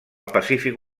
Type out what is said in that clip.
pacífic